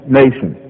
nation